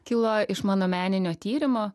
kilo iš mano meninio tyrimo